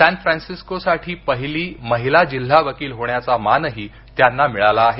San Francisco साठी पहिली महिला जिल्हा वकील होण्याचा मानही त्यांना मिळाला आहे